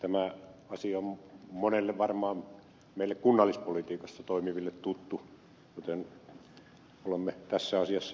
tämä asia on varmaan monille meille kunnallispolitiikassa toimiville tuttu joten olemme tässä asiassa jonkin sortin asiantuntijoita